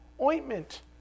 ointment